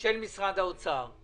של משרד האוצר,